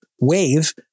wave